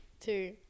two